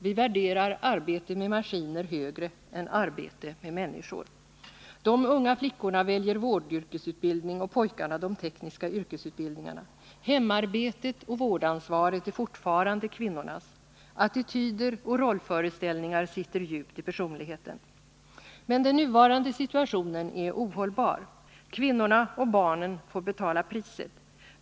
Vi värderar arbete med maskiner högre än arbete med människor. De unga flickorna väljer vårdyrkesutbildning och pojkarna de tekniska yrkesutbildningarna. Hemarbetet och vårdansvaret är fortfarande kvinnornas. Attityder och rollföreställningar sitter djupt i personligheten. Men den nuvarande situationen är ohållbar. Kvinnorna och barnen får betala priset.